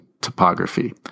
topography